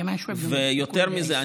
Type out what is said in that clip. יותר מזה,